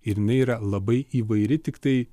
ir jinai yra labai įvairi tiktai